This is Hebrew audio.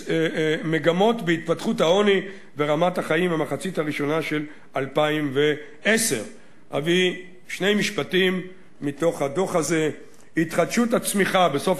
"מגמות בהתפתחות העוני ברמת החיים במחצית הראשונה של 2010". אני אביא שני משפטים מתוך הדוח הזה: "התחדשות הצמיחה בסוף